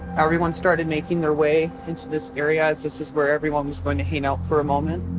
everyone started making their way into this area, as this is where everyone was gonna hang out for a moment.